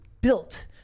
built